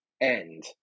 end